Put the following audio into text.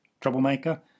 Troublemaker